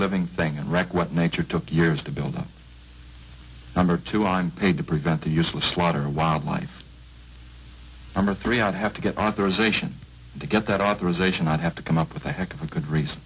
living thing and wreck what nature took years to build up number two on paid to prevent the useless slaughter of wildlife number three i'd have to get authorization to get that authorization i'd have to come up with a heck of a good reason